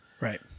Right